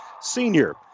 senior